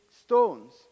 stones